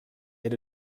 ate